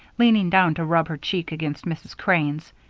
leaning down to rub her cheek against mrs. crane's.